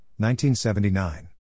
1979